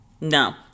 no